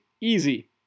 easy